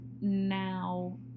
now